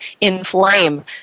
inflame